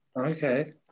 Okay